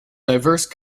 diverse